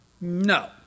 No